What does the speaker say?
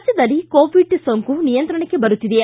ರಾಜ್ಯದಲ್ಲಿ ಕೋವಿಡ್ ನಿಯಂತ್ರಣಕ್ಕೆ ಬರುತ್ತಿದೆ